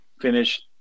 finish